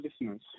listeners